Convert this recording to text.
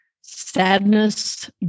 sadness